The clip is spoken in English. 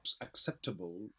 acceptable